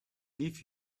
leave